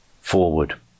forward